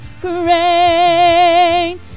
great